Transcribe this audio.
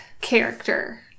character